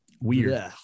weird